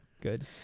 good